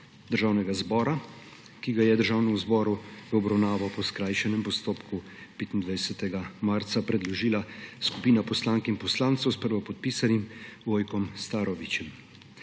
državnega zbora, ki ga je Državnemu zboru v obravnavo po skrajšanem postopku 25. marca predložila skupina poslank in poslancev s prvopodpisanim Vojkom Starovićem.